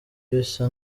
bisa